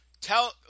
tell